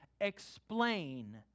explain